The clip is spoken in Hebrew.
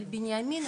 אבל בבנימינה,